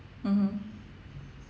mmhmm